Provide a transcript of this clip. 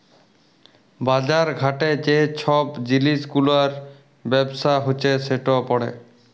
বাজার ঘাটে যে ছব জিলিস গুলার ব্যবসা হছে সেট পড়ে